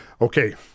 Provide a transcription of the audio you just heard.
Okay